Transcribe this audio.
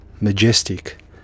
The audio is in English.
majestic